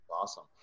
awesome